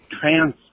trans